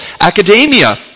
Academia